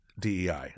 DEI